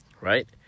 right